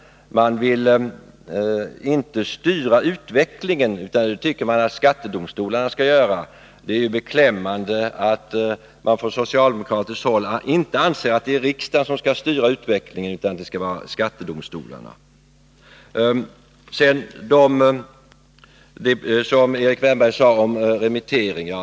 Man vill inte styra utvecklingen, utan det tycker man att skattedomstolarna skall göra. Det är beklämmande att man från socialdemokratiskt håll inte anser att det är riksdagen som skall styra utvecklingen, utan skattedomstolarna. Erik Wärnberg berörde också detta med remittering.